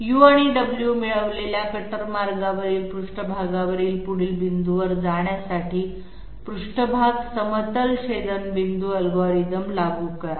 u आणि w मिळवलेल्या cutter मार्गावरील पृष्ठभागावरील पुढील बिंदूवर जाण्यासाठी पृष्ठभाग समतल छेदनबिंदू अल्गोरिदम लागू करा